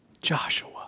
Joshua